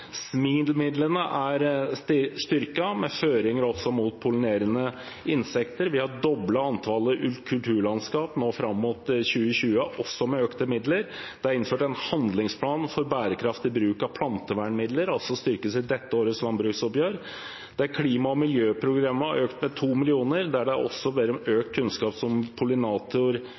føringer også inn mot pollinerende insekter. Vi har doblet antallet kulturlandskap fram mot 2020, også med økte midler. Det er innført en handlingsplan for bærekraftig bruk av plantevernmidler, som styrkes i dette årets landbruksoppgjør. Klima- og miljøprogrammet har økt med 2 mill. kr. Det er også behov for økt kunnskap om pollinatorer. Norsk Landbruksrådgiving, som